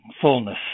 fullness